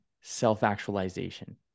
self-actualization